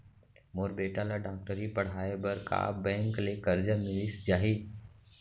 मोर बेटा ल डॉक्टरी पढ़ाये बर का बैंक ले करजा मिलिस जाही?